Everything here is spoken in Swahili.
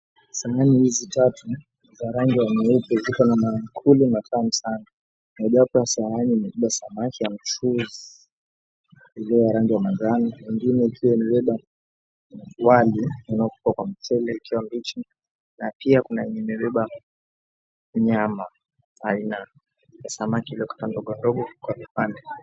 Sahani hizi tatu za rangi ya nyeupe ziko na maankuli matamu sana mojawapo ya sahani imebeba samaki ya mchuzi ulio wa rangi ya manjano nyingine ikiwa imebeba wali unaopikwa kwa mchele ukiwa mbichi na pia kuna yenye imebeba nyama aina ya samaki iliokatwa ndogo ndogo kwa vipande.